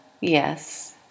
Yes